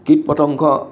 কীট পতঙ্গ